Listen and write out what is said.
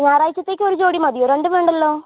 ഞായറാഴ്ച്ചത്തേയ്ക്ക് ഒരു ജോഡി മതിയോ രണ്ടും വേണ്ടല്ലോ